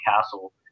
castle